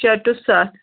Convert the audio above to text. شیٚے ٹُو ستھ